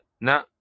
No